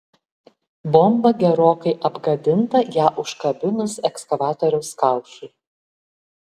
bomba gerokai apgadinta ją užkabinus ekskavatoriaus kaušui